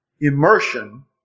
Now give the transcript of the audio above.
immersion